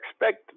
expect